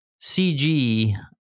CG